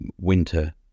winter